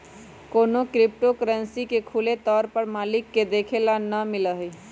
कौनो crypto currency के खुले तौर पर मालिक के देखे ला ना मिला हई